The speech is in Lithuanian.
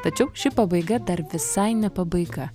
tačiau ši pabaiga dar visai ne pabaiga